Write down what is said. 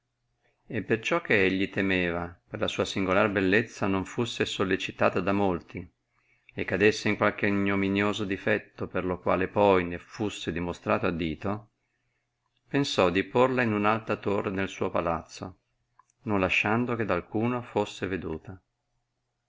e perciò che egli temeva per la sua singoiar bellezza non fusse sollecitata da molti e cadesse in qualche ignominioso difetto per lo quale poi ne fusse dimostrato a dito pensò di porla in un alta torre nel suo palazzo non lasciando che da alcuno fosse veduta